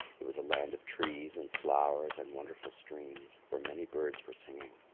it was a land of trees and flowers and wonderful streams, where many birds were singing.